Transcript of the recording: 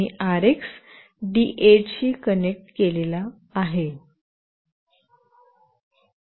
आणि RX D 8 शी connect केलेले आहे